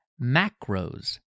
macros